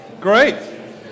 Great